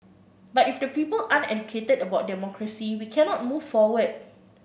but if the people aren't educated about democracy we cannot move forward